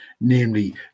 namely